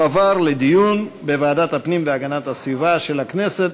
תועברנה לדיון בוועדת הפנים והגנת הסביבה של הכנסת,